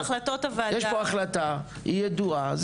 יש פה החלטה ידועה.